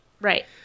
Right